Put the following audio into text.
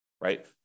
right